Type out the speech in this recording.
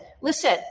listen